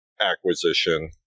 acquisition